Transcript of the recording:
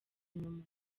nyuma